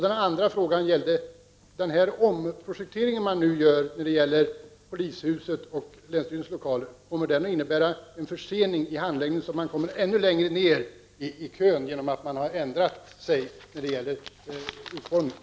Den andra frågan gällde den här omprojekteringen som man nu gör när det gäller polishuset och länsstyrelsens lokaler. Kommer den att innebära en försening i handläggningen, så att man kommer ännu längre ned i kön genom att man har ändrat sig när det gäller utformningen?